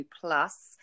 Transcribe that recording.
plus